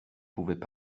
pouvaient